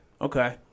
Okay